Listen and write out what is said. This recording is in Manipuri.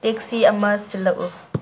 ꯇꯦꯛꯁꯤ ꯑꯃ ꯁꯤꯜꯂꯛꯎ